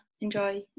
enjoy